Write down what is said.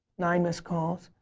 nine missed calls.